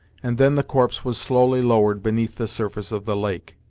and then the corpse was slowly lowered beneath the surface of the lake.